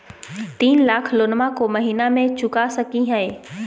तीन लाख लोनमा को महीना मे चुका सकी हय?